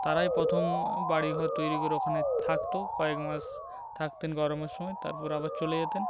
তারাই প্রথম বাড়িঘর তৈরি করে ওখানে থাকত কয়েক মাস থাকতেন গরমের সময় তারপর আবার চলে যেতেন